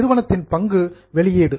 நிறுவனத்தின் பங்கு வெளியீடு